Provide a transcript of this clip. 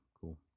cool